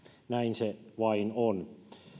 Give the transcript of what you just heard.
näin se vain on